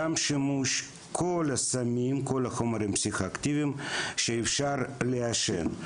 גם לשימוש של כל החומרים הפסיכואקטיביים שאפשר לעשן.